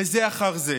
בזה אחר זה.